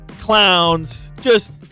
clowns—just